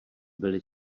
byli